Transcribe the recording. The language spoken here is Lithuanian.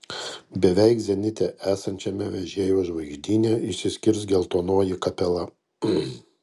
beveik zenite esančiame vežėjo žvaigždyne išsiskirs geltonoji kapela